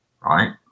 Right